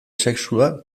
sexua